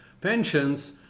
pensions